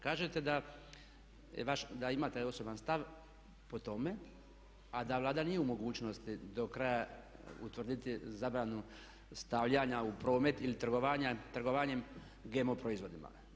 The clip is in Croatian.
Kažete da imate osoban stav po tome a da Vlada nije u mogućnosti do kraja utvrditi zabranu stavljanja u promet ili trgovanjem GMO proizvodima.